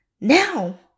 now